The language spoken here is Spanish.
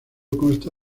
consta